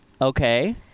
Okay